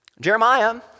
Jeremiah